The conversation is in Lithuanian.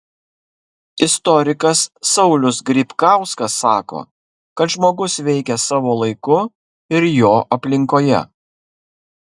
istorikas saulius grybkauskas sako kad žmogus veikia savo laiku ir jo aplinkoje